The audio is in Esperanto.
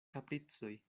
kapricoj